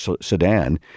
sedan